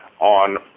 on